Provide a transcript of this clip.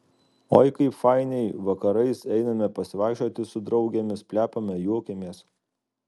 oi kaip fainiai vakarais einame pasivaikščioti su draugėmis plepame juokiamės